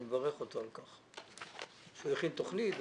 מברך אותו על כך שהוא הכין תוכנית,